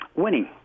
Winning